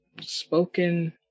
spoken